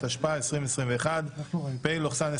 התשפ"א 2021 (פ/1540/24),